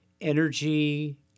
energy